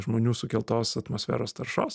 žmonių sukeltos atmosferos taršos